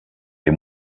les